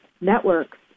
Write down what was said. networks